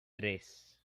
tres